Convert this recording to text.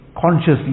consciously